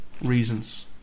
reasons